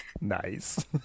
Nice